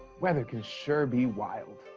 weather can sure be wild.